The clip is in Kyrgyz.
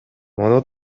муну